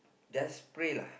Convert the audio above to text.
just pray lah